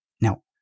Now